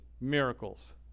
miracles